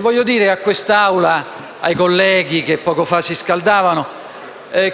Voglio dire a quest'Assemblea e ai colleghi che poco fa si sono scaldati